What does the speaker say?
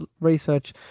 research